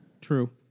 True